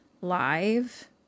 live